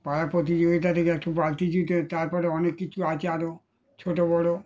পাড়ার প্রতিযোগিতা থেকে একটা বালতি জিতে তার পরে অনেক কিছু আছে আরও ছোট বড়